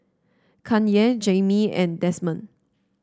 Kanye Jaimee and Desmond